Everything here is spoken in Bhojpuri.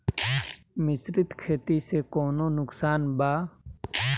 मिश्रित खेती से कौनो नुकसान वा?